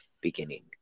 beginning